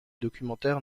documentaires